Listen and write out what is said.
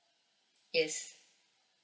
yes